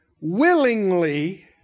Willingly